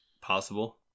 possible